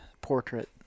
portrait